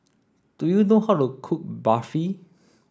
do you know how to cook Barfi